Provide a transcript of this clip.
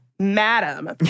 madam